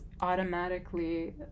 automatically